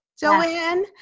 Joanne